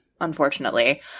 Unfortunately